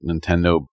Nintendo